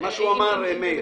מה שאמר מאיר.